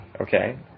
Okay